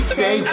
say